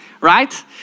Right